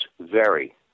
vary